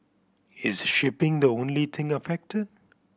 is shipping the only thing affected